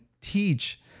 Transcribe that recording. teach